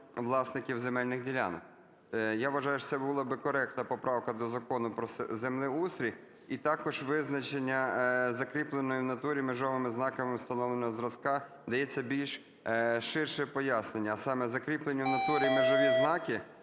власників земельних ділянок". Я вважаю, що це була би коректна поправка до Закону "Про землеустрій". І також визначення "закріпленими в натурі межовими знаками встановленого зразка" дається більш ширше пояснення. А саме: "Закріплені в натурі межові знаки